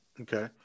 Okay